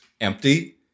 empty